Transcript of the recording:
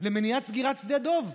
למניעת סגירת שדה דב.